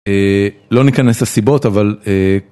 לא ניכנס לסיבות אבל...